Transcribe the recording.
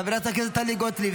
חברת הכנסת טלי גוטליב,